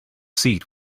seat